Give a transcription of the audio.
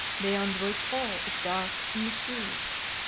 beyond which all is dark and mysterious.